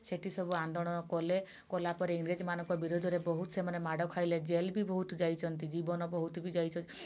ସେଠି ସବୁ ଆନ୍ଦୋଳନ କଲେ କଲା ପରେ ଇଂରେଜମାନଙ୍କ ବିରୋଧରେ ବହୁତ ସେମାନେ ମାଡ଼ ଖାଇଲେ ଜେଲ୍ ବି ବହୁତ ଯାଇଛନ୍ତି ଜୀବନ ବହୁତ ବି ଯାଇଛି